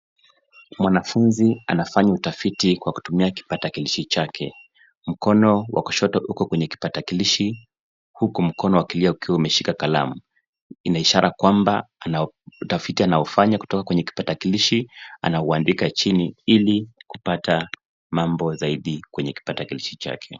Mwanafunzi anafanya utafiti kwa kutumia kipatakilishi chake. Mkono wa kushoto uko kwenye kipatakilishi huku mkono wa kulia ukiwa umeshika kalamu. Ina ishara kwamba utafiti anafanya kutoka kwenye kipatakilishi anauandika ili kupata mambo zaidi kwenye kipatakilishi chake.